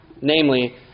namely